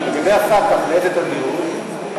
לגבי ה"פתח", לאיזה תדירות?